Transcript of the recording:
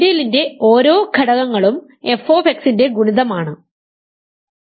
ഐഡിയലിന്റെ ഓരോ ഘടകങ്ങളും f ന്റെ ഗുണിതം ആണ്